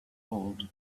old